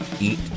eat